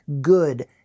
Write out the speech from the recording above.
good